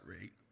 rate